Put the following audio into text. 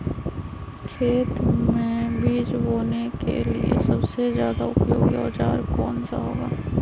खेत मै बीज बोने के लिए सबसे ज्यादा उपयोगी औजार कौन सा होगा?